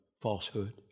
falsehood